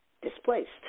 Displaced